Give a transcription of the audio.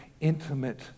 intimate